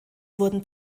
wurden